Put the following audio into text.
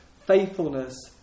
faithfulness